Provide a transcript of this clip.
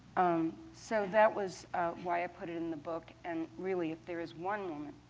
so that was why i put it in the book. and really, if there is one woman,